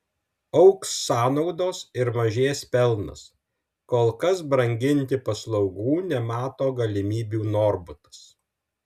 augs sąnaudos ir mažės pelnas kol kas branginti paslaugų nemato galimybių norbutas